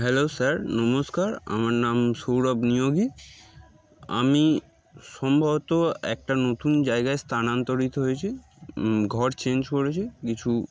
hello sir নমস্কার আমার নাম সৌরভ নিয়োগী আমি সম্ভবত একটা নতুন জায়গায় স্থানান্তরিত হয়েছি ঘর চেঞ্জ করেছি কিছু